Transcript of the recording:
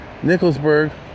Nicholsburg